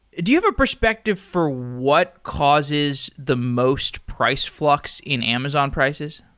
do you have a perspective for what causes the most price flux in amazon prices?